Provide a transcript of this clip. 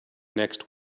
next